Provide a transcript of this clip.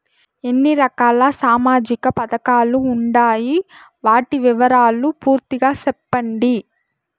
ఎన్ని రకాల సామాజిక పథకాలు ఉండాయి? వాటి వివరాలు పూర్తిగా సెప్పండి?